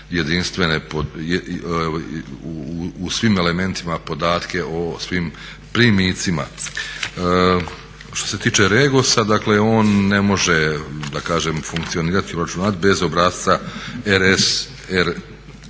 imati u svim elementima podatke o svim primicima. Što se tiče REGOS-a dakle on ne može da kažem funkcionirat i … bez obrasca RSRSM